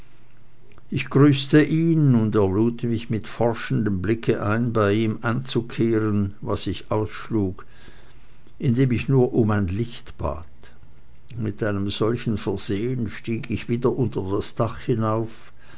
ich grüßte ihn und er und mich mit forschendem blick ein bei ihm anzukehren was ich ausschlug indem ich nur um ein licht bat mit einem solchen versehen stieg ich wieder unter das dach hinauf